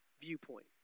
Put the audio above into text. viewpoint